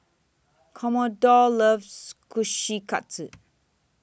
Commodore loves Kushikatsu